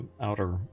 outer